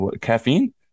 caffeine